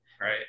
Right